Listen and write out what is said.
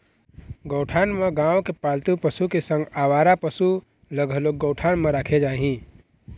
गौठान म गाँव के पालतू पशु के संग अवारा पसु ल घलोक गौठान म राखे जाही